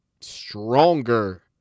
stronger